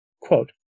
Quote